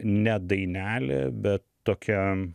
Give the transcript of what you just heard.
ne dainelė bet tokia